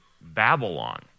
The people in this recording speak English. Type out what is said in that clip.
Babylon